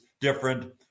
different